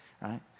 right